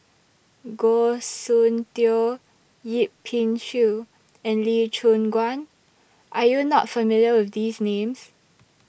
Goh Soon Tioe Yip Pin Xiu and Lee Choon Guan Are YOU not familiar with These Names